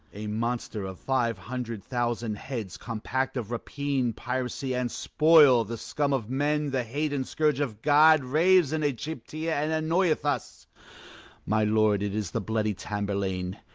a monster of five hundred thousand heads, compact of rapine, piracy, and spoil, the scum of men, the hate and scourge of god, raves in aegyptia, and annoyeth us my lord, it is the bloody tamburlaine,